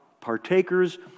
partakers